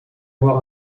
voir